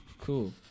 cool